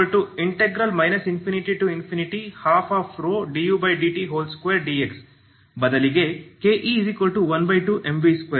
E12mv2 ∞12∂u∂t2dx ಬದಲಿಗೆ K